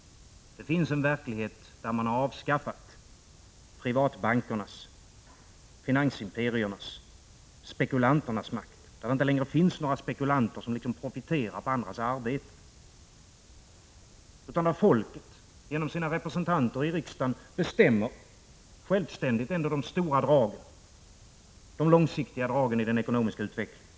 Det finns en verklighet där man har avskaffat privatbankernas, finansimperiernas och spekulanternas makt, där det inte längre finns några spekulanter som profiterar på andras arbete utan där folket genom sina representanter i riksdagen självständigt bestämmer om de stora och långsiktiga dragen i den ekonomiska utvecklingen.